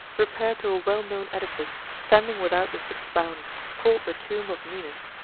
repair to a well-known edifice standing without the city's bounds, called the tomb of ninus,